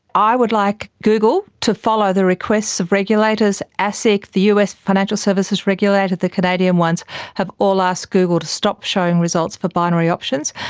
i would like google to follow the request of regulators. asic, the us financial services regulator, the canadian ones have all asked google to stop showing results for binary options.